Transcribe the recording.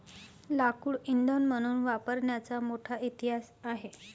लाकूड इंधन म्हणून वापरण्याचा मोठा इतिहास आहे